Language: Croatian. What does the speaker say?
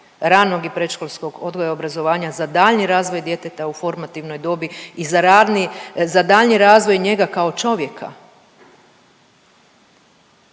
ranog i predškolskog odgoja i obrazovanja za daljnji razvoj djeteta u formativnoj dobi i za radni, za daljnji razvoj njega kao čovjeka.